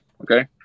Okay